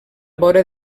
vora